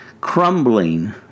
crumbling